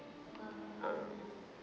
um